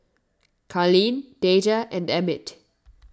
Carleen Dejah and Emmit